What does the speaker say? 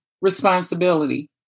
responsibility